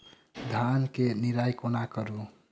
धान केँ निराई कोना करु?